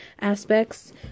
aspects